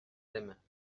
aiment